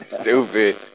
Stupid